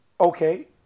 Okay